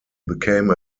became